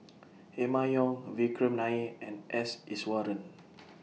Emma Yong Vikram Nair and S Iswaran